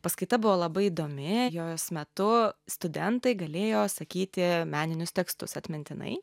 paskaita buvo labai įdomi jos metu studentai galėjo sakyti meninius tekstus atmintinai